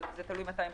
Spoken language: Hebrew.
אבל תלוי מתי חזרו.